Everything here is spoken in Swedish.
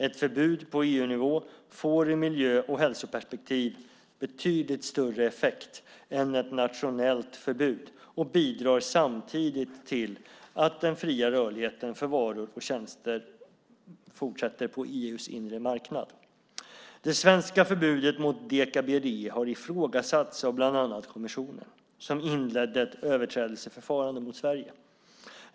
Ett förbud på EU-nivå får ur miljö och hälsoperspektiv betydligt större effekt än ett nationellt förbud och bidrar samtidigt till den fria rörligheten för varor och tjänster på EU:s inre marknad. Det svenska förbudet mot deka-BDE har ifrågasatts av bland annat kommissionen, som inledde ett överträdelseförfarande mot Sverige.